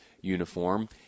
uniform